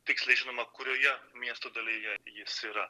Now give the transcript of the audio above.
tiksliai žinoma kurioje miesto dalyje jis yra